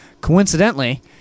Coincidentally